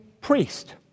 priest